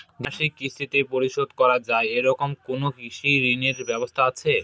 দ্বিমাসিক কিস্তিতে পরিশোধ করা য়ায় এরকম কোনো কৃষি ঋণের ব্যবস্থা আছে?